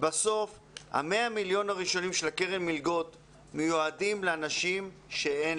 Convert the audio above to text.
בסוף 100 המיליון הראשונים של קרן המלגות מיועדים לאנשים שאין להם.